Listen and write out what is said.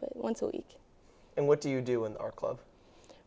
but once a week and what do you do in our club